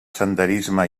senderisme